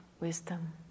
wisdom